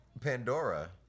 Pandora